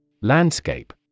Landscape